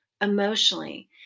emotionally